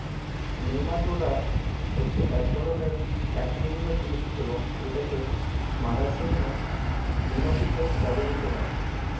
nematoda হচ্ছে এক ধরণের এক লিঙ্গ জীব এবং এটাকে মারার জন্য নেমাটিসাইড ব্যবহৃত হয়